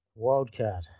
Wildcard